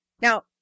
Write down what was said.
now